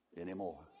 anymore